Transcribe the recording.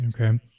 Okay